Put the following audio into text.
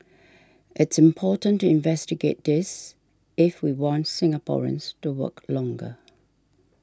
it's important to investigate this if we want Singaporeans to work longer